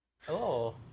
Hello